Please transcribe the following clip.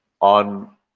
on